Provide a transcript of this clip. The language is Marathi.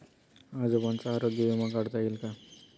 आजोबांचा आरोग्य विमा काढता येईल का?